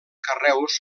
carreus